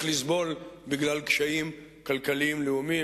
לסבול בגלל קשיים כלכליים לאומיים.